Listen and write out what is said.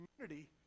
community